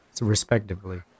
respectively